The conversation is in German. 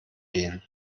gehen